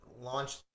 launch